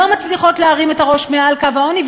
לא מצליחות להרים את הראש מעל קו העוני.